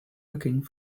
looking